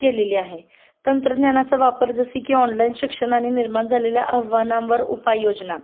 केलेली आहे तंत्रज्ञानाचा वापर जशी की ऑनलाईन शिक्षणाने निर्माण झालेल्या आव्हानांवर उपाययोजना